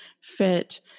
fit